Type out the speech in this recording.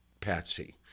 Patsy